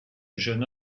jeune